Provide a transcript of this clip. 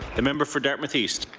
the member for dartmouth east.